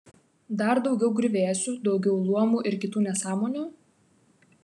dar daugiau griuvėsių daugiau luomų ir kitų nesąmonių